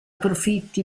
profitti